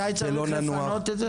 מתי צריך לפנות את זה?